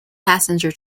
passenger